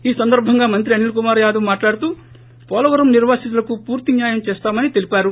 ఈ సందర్భంగా మంత్రి అనిల్కుమార్ యాదవ్ మాట్లాడుతూ పోలవరం నిర్వాసితులకు పూర్తి న్యాయం చేస్తామని తెలిపారు